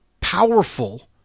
powerful